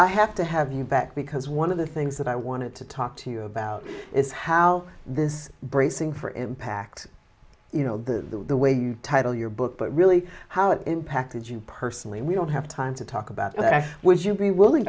i have to have you back because one of the things that i wanted to talk to you about is how this bracing for impact you know the way you title your book but really how it impacted you personally we don't have time to talk about that would you be willing